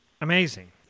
Amazing